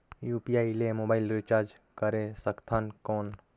UPI ले mobile recharge करे सकथन कौन?